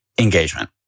engagement